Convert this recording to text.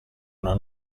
una